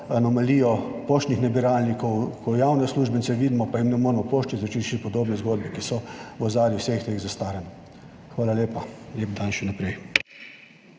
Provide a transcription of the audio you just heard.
anomalijo poštnih nabiralnikov, ko javne uslužbence vidimo pa jim ne moremo po pošti izročiti / nerazumljivo/ podobne zgodbe, ki so v ozadju vseh teh zastaranj. Hvala lepa. Lep dan še naprej.